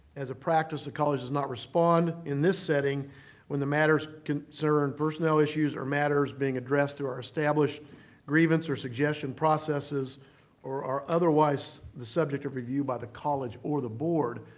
as a practice, the college does not respond in this setting when the matters concern personnel issues or matters being addressed through our established grievance or suggestion processes or are otherwise the subject of review by the college or the board.